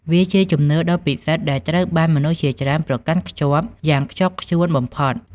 វាជាជំនឿដ៏ពិសិដ្ឋដែលត្រូវបានមនុស្សជាច្រើនប្រកាន់ខ្ជាប់យ៉ាងខ្ជាប់ខ្ជួនបំផុត។